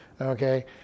Okay